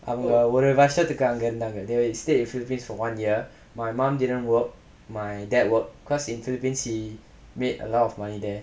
அவங்க ஒரு வருசத்துக்கு அங்க இருந்தாங்க:avanga oru varusathukku anga irunthaanga they stayed in philippines for one year my mum didn't work my dad worked cause in philippines he made a lot of money there